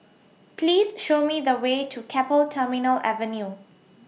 Please Show Me The Way to Keppel Terminal Avenue